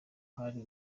hari